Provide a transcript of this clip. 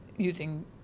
Using